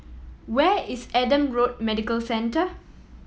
where is Adam Road Medical Centre